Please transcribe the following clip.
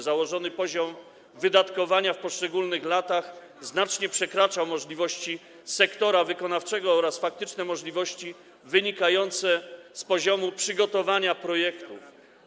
Założony poziom wydatkowania w poszczególnych latach znacznie przekraczał możliwości sektora wykonawczego oraz faktyczne możliwości wynikające z poziomu przygotowania projektów.